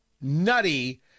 nutty